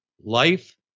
life